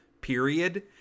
period